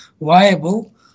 viable